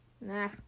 Nah